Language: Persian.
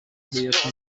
هیات